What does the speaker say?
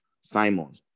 Simon